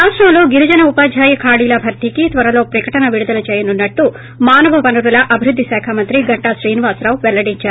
ప్రాష్టంలో గిరిజన ఉపాధ్యాయ ఖాళీల భర్తీకి త్వరలో ప్రకటన విడుదల చేయనున్నట్లు మానవ వనరుల శాఖ మంత్రి గంటా శ్రీనివాసరావు పెల్లడించారు